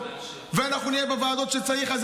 ואנחנו נהיה בוועדות כשצריך,